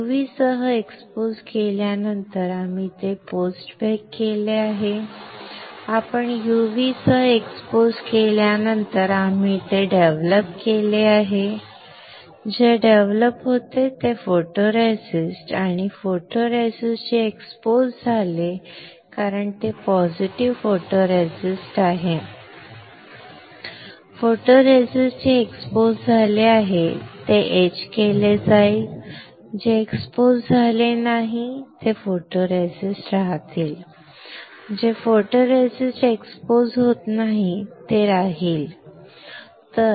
UV सह उघड केल्यानंतर आम्ही ते पोस्ट बेक केले आहे आपण UV सह एक्सपोजकेल्यानंतर आम्ही ते विकसित केले आहे जे डेव्हलप होते फोटोरेसिस्ट आणि फोटोरेसिस्ट जे एक्सपोज झाले कारण ते पॉझिटिव्ह फोटोरेसिस्ट आहे फोटोरेसिस्ट जे एक्सपोज झाले आहे ते एच केले जाईल जे एक्सपोज झाले नाही ते फोटोरेसिस्ट राहील जो फोटोरेसिस्ट एक्सपोज होत नाही तो राहील ठीक आहे